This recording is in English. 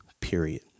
period